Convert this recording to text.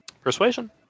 persuasion